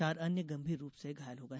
चार अन्य गम्भीर रूप से घायल हो गए